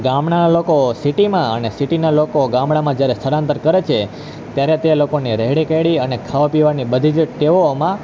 ગામડાના લોકો સિટીમાં અને સિટીના લોકો ગામડામાં જ્યારે સ્થળાંતર કરે છે ત્યારે તે લોકોની રહેણીકહેણી અને ખાવાપીવાની બધીજ ટેવોમાં